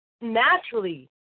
naturally